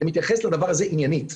זה מתייחס לדבר הזה עניינית.